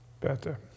better